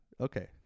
Okay